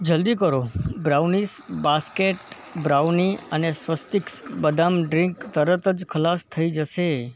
જલ્દી કરો brownies basket brownie અને સ્વસ્તિક્સ બદામ ડ્રીંક તરત જ ખલાસ થઇ જશે